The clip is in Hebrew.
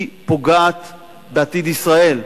היא פוגעת בעתיד ישראל.